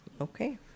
Okay